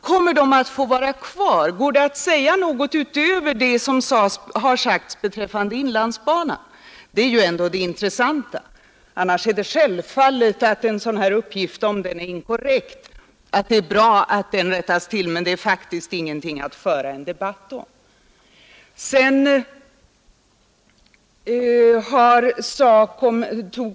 Kommer dessa järnvägar att få vara kvar? Går det att säga något utöver det som sagts beträffande inlandsbanan? Det är ju ändå det intressanta.